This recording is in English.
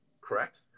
correct